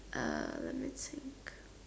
uh let me think